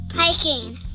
Hiking